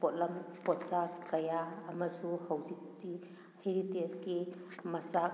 ꯄꯣꯠꯂꯝ ꯄꯣꯠꯆꯥꯛ ꯀꯌꯥ ꯑꯃꯁꯨ ꯍꯧꯖꯤꯛꯇꯤ ꯍꯦꯔꯤꯇꯦꯖꯀꯤ ꯃꯆꯥꯛ